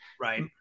Right